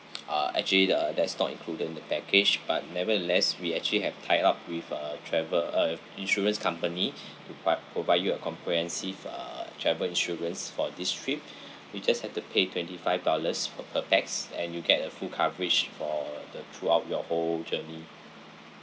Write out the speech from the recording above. ah actually the that is not included in the package but nevertheless we actually have tied up with a travel uh with insurance company to pri~ provide you a comprehensive uh travel insurance for this trip you just have to pay twenty five dollars per per pax and you get a full coverage for the throughout your whole journey